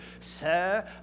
Sir